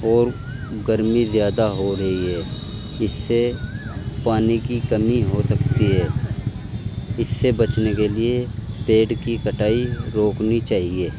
اور گرمی زیادہ ہو رہی ہے اس سے پانی کی کمی ہو سکتی ہے اس سے بچنے کے لیے پیڑ کی کٹائی روکنی چاہیے